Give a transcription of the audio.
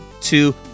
two